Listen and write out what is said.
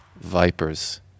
Vipers